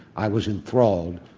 i was enthralled,